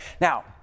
Now